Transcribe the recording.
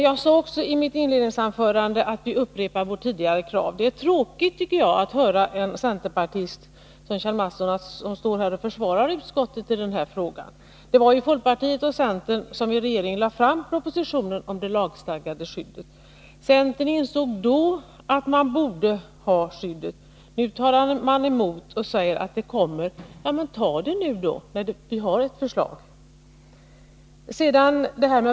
Jag sade också i mitt inledningsanförande att vi upprepar vårt tidigare krav. Det är tråkigt att höra en centerpartist som Kjell Mattsson nu försvara utskottet i den här frågan. Det var ju folkpartiet och centern som i regeringen lade fram propositionen om det lagstadgade skyddet. Centern insåg då att man borde ha skyddet. Nu talar man emot förslaget och säger att skyddet kommer. Men ta det nu då, när vi har ett förslag!